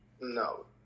No